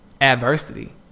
adversity